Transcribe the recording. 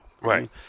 Right